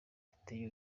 biteye